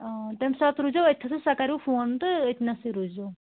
اۭں تَمہِ ساتہٕ روٗزیو أتھۍ تھَسٕے سۄ کَرِوٕ فون تہٕ أتۍنَسٕے روٗزیو